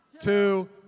two